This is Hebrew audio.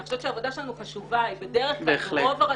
אני חושבת שהעבודה שלנו חשובה ברוב הרשויות.